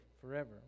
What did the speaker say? forever